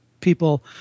people